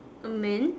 amend